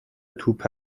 توپ